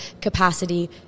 capacity